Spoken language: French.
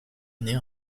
année